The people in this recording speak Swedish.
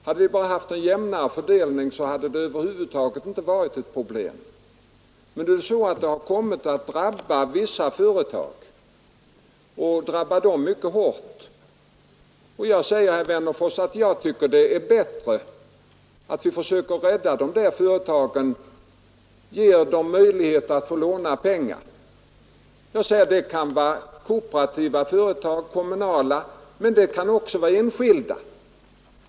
Hade de bara haft en jämnare fördelning så hade de över 51 Nr 110 Tisdagen den TENN 4 a 7 gövembetrdö7d Wennerfors, att vi försöker rädda dessa företag genom att ge dem —————= möjlighet att låna pengar. Det kan vara kooperativa och kommunala Om åtgärder för att företag men det kan också vara enskilda.